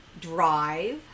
drive